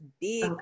big